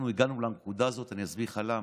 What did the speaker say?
אנחנו הגענו לנקודה הזאת, אני אסביר לך למה.